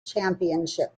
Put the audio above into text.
championship